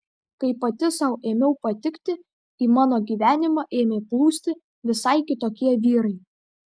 kai pati sau ėmiau patikti į mano gyvenimą ėmė plūsti visai kitokie vyrai